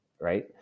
Right